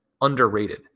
underrated